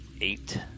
eight